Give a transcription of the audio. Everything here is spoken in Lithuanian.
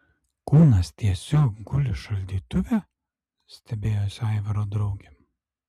kūnas tiesiog guli šaldytuve stebėjosi aivaro draugė